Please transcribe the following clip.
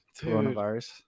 Coronavirus